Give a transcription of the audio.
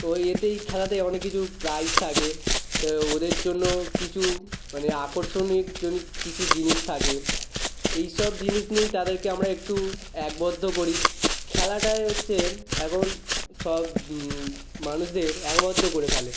তো এতেই খেলাতে অনেক কিছু প্রাইজ থাকে তো ওদের জন্য কিছু মানে আকর্ষণের জন্য কিছু জিনিস থাকে এই সব জিনিস নিয়েই তাদেরকে আমরা একটু ঐক্যবদ্ধ করি খেলাটাই হচ্ছে এখন সব মানুষদের ঐক্যবদ্ধ করে ফেলে